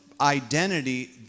identity